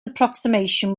approximation